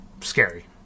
scary